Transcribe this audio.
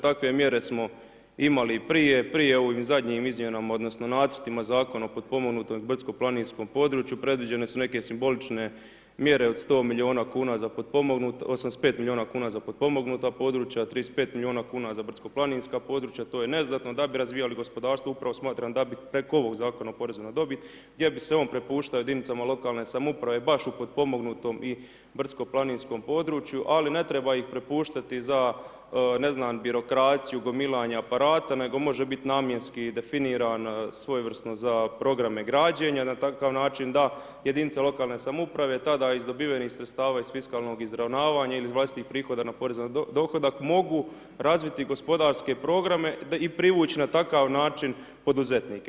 Takve mjere smo imali i prije, prije u ovim zadnjim izmjenama odnosno nacrtima Zakona o potpomognutom i brdsko planinskom području, predviđene su neke simbolične mjere od 100 milijuna kuna za potpomognute, 85 milijuna kuna za potpomognuta područja, 35 milijuna kuna za brdsko planinska područja, to je neznatno da bi razvijali gospodarstvo, upravo smatram da bi tek ovog Zakona o porezu na dobit gdje bi se on prepuštao jedinicama lokalne samouprave baš u potpomognutom i brdsko planinskom području, ali ne treba ih prepuštati za, ne znam, birokraciju, gomilanje aparata, nego može biti namjenski definiran svojevrsno za programe građenja na takav način da jedinice lokalne samouprave tada iz dobivenih sredstava iz fiskalnog izravnavanja ili iz vlastitih prihoda na porezu na dohodak, mogu razviti gospodarske programe i privući na takav način poduzetnike.